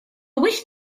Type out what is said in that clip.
wish